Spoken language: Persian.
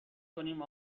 کنیم